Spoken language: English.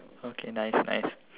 okay nice nice